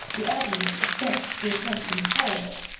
the agony of suspense grew at length intolerable,